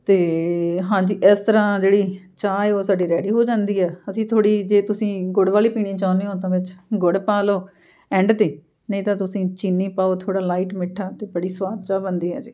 ਅਤੇ ਹਾਂਜੀ ਇਸ ਤਰ੍ਹਾਂ ਜਿਹੜੀ ਚਾਹ ਹੈ ਉਹ ਸਾਡੀ ਰੈਡੀ ਹੋ ਜਾਂਦੀ ਆ ਅਸੀਂ ਥੋੜ੍ਹੀ ਜੇ ਤੁਸੀਂ ਗੁੜ ਵਾਲੀ ਪੀਣੀ ਚਾਹੁੰਦੇ ਹੋ ਤਾਂ ਵਿੱਚ ਗੁੜ ਪਾ ਲਓ ਐਂਡ 'ਤੇ ਨਹੀਂ ਤਾਂ ਤੁਸੀਂ ਚੀਨੀ ਪਾਓ ਥੋੜ੍ਹਾ ਲਾਈਟ ਮਿੱਠਾ ਤਾਂ ਬੜੀ ਸਵਾਦ ਚਾਹ ਬਣਦੀ ਆ ਜੀ